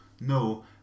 No